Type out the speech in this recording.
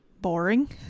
boring